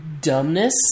dumbness